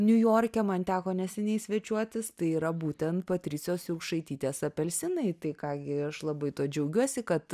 niujorke man teko neseniai svečiuotis tai yra būtent patricijos jurkšaitytės apelsinai tai ką gi aš labai tuo džiaugiuosi kad